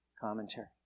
commentary